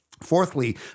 Fourthly